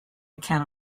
account